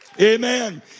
Amen